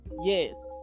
yes